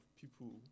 people